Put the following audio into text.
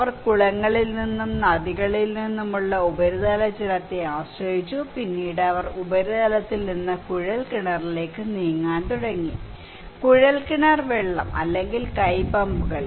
അവർ കുളങ്ങളിൽ നിന്നും നദികളിൽ നിന്നുമുള്ള ഉപരിതല ജലത്തെ ആശ്രയിച്ചു പിന്നീട് അവർ ഉപരിതലത്തിൽ നിന്ന് കുഴൽക്കിണറിലേക്ക് നീങ്ങാൻ തുടങ്ങി കുഴൽ കിണർ വെള്ളം അല്ലെങ്കിൽ കൈ പമ്പുകൾ